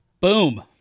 boom